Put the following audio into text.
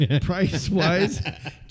Price-wise